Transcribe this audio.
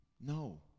No